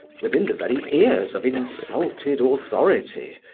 within the very ears of insulted authority,